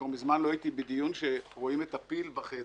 כבר מזמן לא הייתי בדיון שרואים את הפיל בחדר.